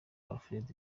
alfred